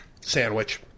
sandwich